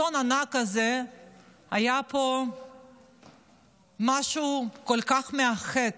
עם האסון הענק הזה היה פה משהו כל כך מאחד,